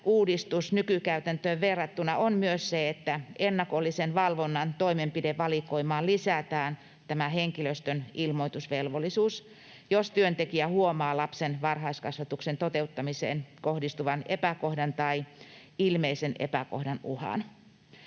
uudistus nykykäytäntöön verrattuna on myös se, että ennakollisen valvonnan toimenpidevalikoimaan lisätään tämä henkilöstön ilmoitusvelvollisuus, jos työntekijä huomaa lapsen varhaiskasvatuksen toteuttamiseen kohdistuvan epäkohdan tai ilmeisen epäkohdan uhan.